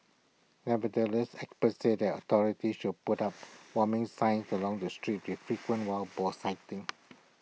nevertheless experts said that authorities should put up warming signs along the street with frequent wild boar sightings